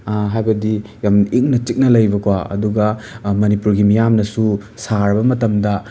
ꯍꯥꯏꯕꯗꯤ ꯌꯥꯝ ꯏꯪꯅ ꯆꯤꯛꯅ ꯂꯩꯕꯀꯣ ꯑꯗꯨꯒ ꯃꯅꯤꯄꯨꯔꯒꯤ ꯃꯤꯌꯥꯝꯅꯁꯨ ꯁꯥꯔꯕ ꯃꯇꯝꯗ